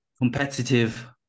competitive